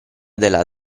della